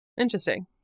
Interesting